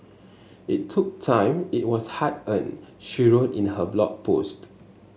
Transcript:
it took time it was hard earned she wrote in her Blog Post